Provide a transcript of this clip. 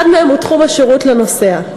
אחד מהם הוא תחום השירות לנוסע,